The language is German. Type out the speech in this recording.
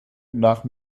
nach